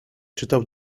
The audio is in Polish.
czytał